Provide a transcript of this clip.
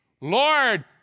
Lord